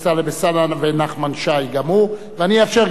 ונחמן שי גם הוא, ואני אאפשר גם לאריה אלדד.